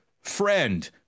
friend